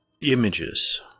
images